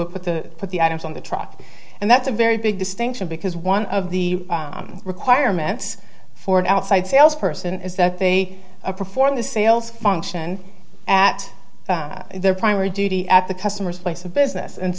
put the put the items on the truck and that's a very big distinction because one of the requirements for an outside sales person is that they perform the sales function at their primary duty at the customer's place of business and